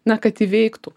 na kad įveiktų